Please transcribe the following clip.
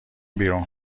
بیرون